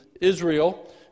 Israel